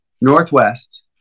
northwest